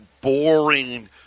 boring